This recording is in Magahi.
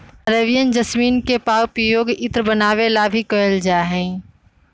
अरेबियन जैसमिन के पउपयोग इत्र बनावे ला भी कइल जाहई